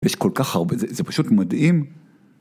יש כל כך הרבה זה, זה פשוט מדהים.